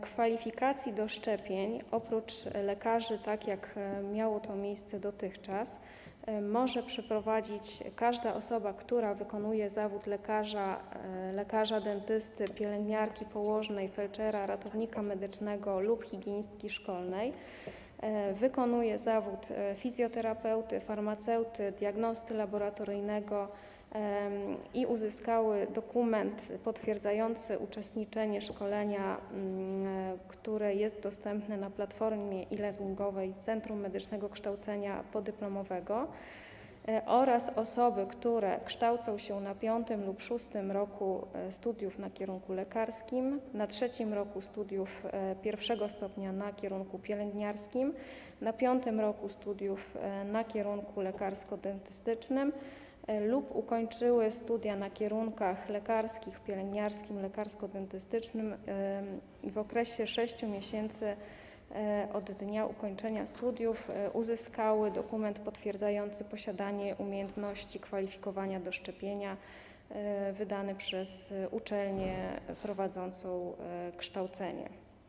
Kwalifikacje do szczepień oprócz lekarzy, tak jak było to dotychczas, może przeprowadzić każda osoba, która wykonuje zawód lekarza, lekarza dentysty, pielęgniarki, położnej, felczera, ratownika medycznego lub higienistki szkolnej, wykonuje zawód fizjoterapeuty, farmaceuty, diagnosty laboratoryjnego i uzyskała dokument potwierdzający uczestniczenie w szkoleniu, które jest dostępne na platformie e-learningowej Centrum Medycznego Kształcenia Podyplomowego, oraz osoby, które kształcą się na V lub VI roku studiów na kierunku lekarskim, na III roku studiów I stopnia na kierunku pielęgniarskim, na V roku studiów na kierunku lekarsko-dentystycznym lub ukończyły studia na kierunkach lekarskich, pielęgniarskim, lekarsko-dentystycznym i w okresie 6 miesięcy od dnia ukończenia studiów uzyskały dokument potwierdzający posiadanie umiejętności kwalifikowania do szczepienia wydany przez uczelnię prowadzącą kształcenie.